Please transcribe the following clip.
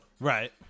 Right